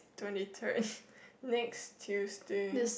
twenty third next Tuesday